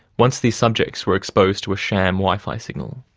once these subjects were exposed to a sham wifi signal.